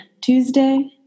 Tuesday